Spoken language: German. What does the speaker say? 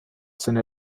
seine